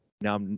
Now